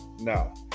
No